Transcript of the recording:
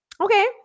Okay